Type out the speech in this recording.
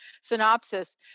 synopsis